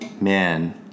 man